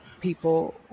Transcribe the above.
people